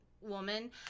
woman